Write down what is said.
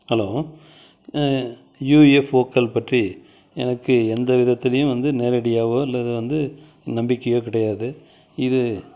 hello யூஎஃப்ஓக்கள் பற்றி எனக்கு எந்த விதத்துலேயும் வந்து நேரடியாகவோ இல்லை வந்து நம்பிக்கையோ கிடையாது இது